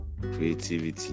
creativity